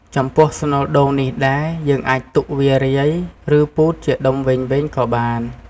ចំពោះស្នូលដូងនេះដែរ យើងអាចទុកវារាយ ឬពូតជាដុំវែងៗក៏បាន។